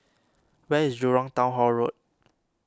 where is Jurong Town Hall Road